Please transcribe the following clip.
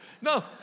No